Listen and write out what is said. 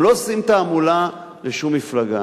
הם לא עושים תעמולה לשום מפלגה,